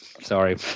sorry